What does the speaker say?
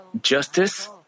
justice